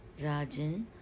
Rajan